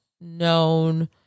known